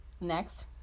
next